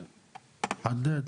נחדד,